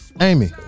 Amy